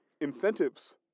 incentives